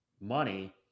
money